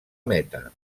meta